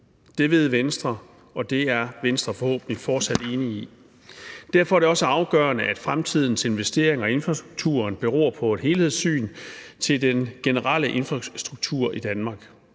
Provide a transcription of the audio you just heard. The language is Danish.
Det ved Venstre, og det er Venstre forhåbentlig fortsat enige i. Derfor er det også afgørende, at fremtidens investeringer i infrastrukturen beror på et helhedssyn på den generelle infrastruktur i Danmark.